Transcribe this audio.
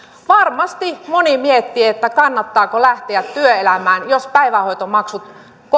varmasti moni miettii kannattaako lähteä työelämään jos päivähoitomaksut